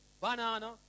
banana